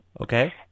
Okay